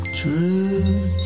truth